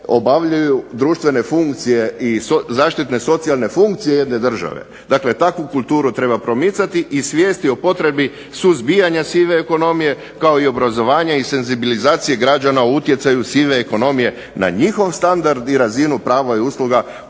obavljaju društvene funkcije i zaštitne socijalne funkcije jedne države. Dakle takvu kulturu treba promicati i svijesti o potrebi suzbijanja sive ekonomije, kao i obrazovanja i senzibilizacije građana o utjecaju sive ekonomije na njihov standard i razinu prava i usluga koje